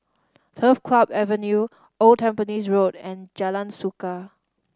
Turf Club Avenue Old Tampines Road and Jalan Suka